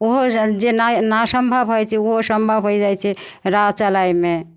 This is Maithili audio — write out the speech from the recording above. ओहो जेनाइ ना सम्भव होइ छै ओहो सम्भव होइ जाइ छै राह चलयमे